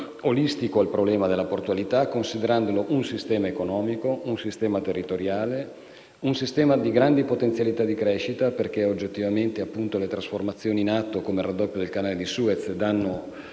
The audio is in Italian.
olistico al problema della portualità, considerandola un sistema economico, un sistema territoriale, un sistema di grandi potenzialità di crescita, perché oggettivamente le trasformazioni in atto, come il raddoppio del canale di Suez, danno